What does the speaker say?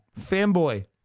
fanboy